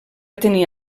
tenir